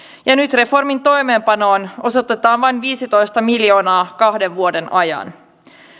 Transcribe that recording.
ja nyt reformin toimeenpanoon osoitetaan vain viisitoista miljoonaa kahden vuoden ajan